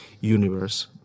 universe